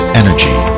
energy